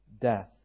death